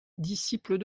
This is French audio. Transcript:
disciple